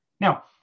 Now